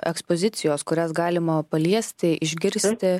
ekspozicijos kurias galima paliesti išgirsti